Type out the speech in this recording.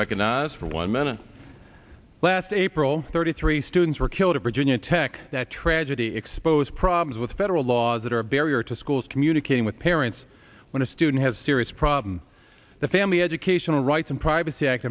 recognize for one minute last april thirty three students were killed a virginia tech tragedy exposed problems with federal laws that are a barrier to schools communicating with parents when a student has a serious problem the family educational rights and privacy act